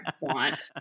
want